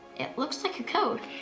it looks like a code.